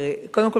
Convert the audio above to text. קודם כול,